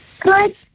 Good